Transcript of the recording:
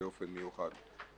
באופן מיוחד.